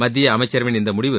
மத்திய அமைச்சரவையிள் இந்த முடிவு